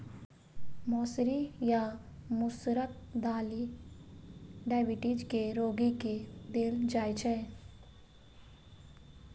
मौसरी या मसूरक दालि डाइबिटीज के रोगी के देल जाइ छै